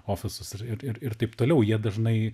ofisus ir ir taip toliau jie dažnai